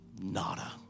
nada